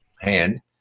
hand